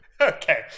Okay